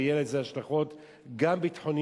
ויהיו לזה השלכות גם ביטחוניות,